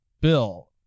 Bill